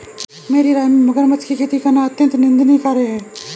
मेरी राय में मगरमच्छ की खेती करना अत्यंत निंदनीय कार्य है